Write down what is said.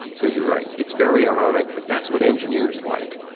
so you're right, it's very ironic but that's what engineers like,